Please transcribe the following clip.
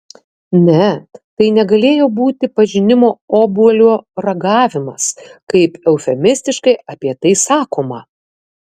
ne tai negalėjo būti pažinimo obuolio ragavimas kaip eufemistiškai apie tai sakoma